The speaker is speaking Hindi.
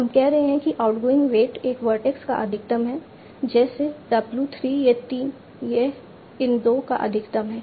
हम कह रहे हैं कि आउटगोइंग वेट एक वर्टेक्स का अधिकतम है जैसे w 3 यह इन 2 का अधिकतम है